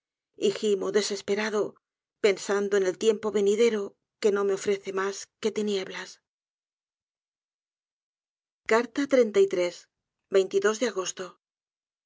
gimo desesperado pensando en el tiempo venidero que no me ofrece mas que tinieblas de agosto